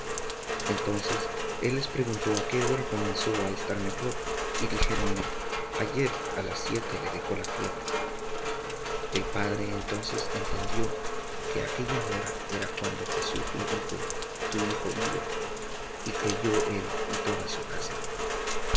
entonces él les preguntó á qué hora comenzó á estar mejor y dijéronle ayer á las siete le dejó la fiebre el padre entonces entendió que aquella hora era cuando jesús le dijo tu hijo vive y creyó él y toda su casa